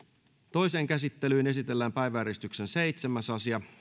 toiseen käsittelyyn esitellään päiväjärjestyksen seitsemäs asia